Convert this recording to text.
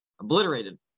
Obliterated